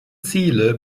ziele